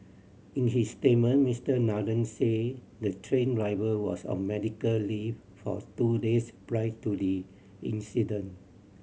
in his statement Mister Nathan said the train driver was on medical leave for two days prior to the incident